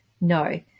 No